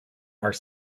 are